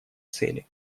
цели